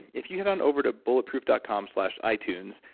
if you head on over to bulletproof dot com slash itunes,